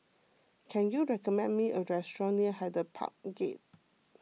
can you recommend me a restaurant near Hyde Park Gate